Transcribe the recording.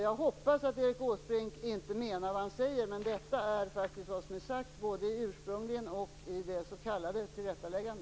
Jag hoppas att Erik Åsbrink inte menar vad han säger, men detta är faktiskt vad som är sagt både ursprungligen och i det s.k.